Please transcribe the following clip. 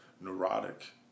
neurotic